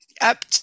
up